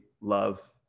love